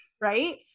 right